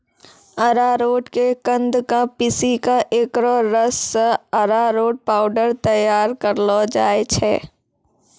अरारोट के कंद क पीसी क एकरो रस सॅ अरारोट पाउडर तैयार करलो जाय छै